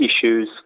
issues